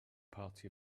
party